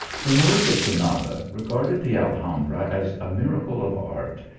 the moors of granada regarded the alhambra as a miracle of art,